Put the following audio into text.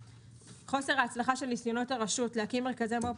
חוסר ההצלחה של ניסיונות הרשות להקים מרכזי מו"פ